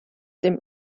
dem